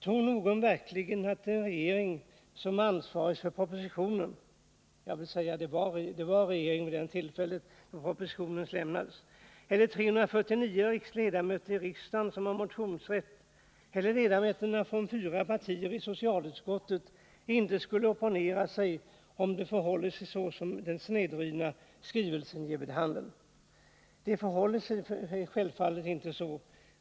Tror någon verkligen att en regering som är ansvarig för propositionen — jag till tillägga att det var den dåvarande regeringen som hade ansvaret för propositionen när den lämnades — eller riksdagens 349 ledamöter som har motionsrätt eller ledamöterna i socialutskottet med representanter för fyra partier inte skulle ha opponerat sig, om det förhållit sig så som den snedvridna skrivelsen ger vid handen? Det förhåller sig självfallet inte så.